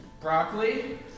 broccoli